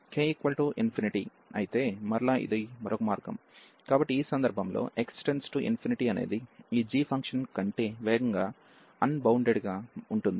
k∞ అయితే మరలా ఇది మరొక మార్గం కాబట్టి ఈ సందర్భంలో x→∞ అనేది ఈ g ఫంక్షన్ కంటే వేగంగా అన్బౌండెడ్గా ఉంటుంది